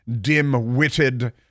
dim-witted